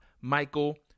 Michael